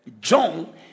john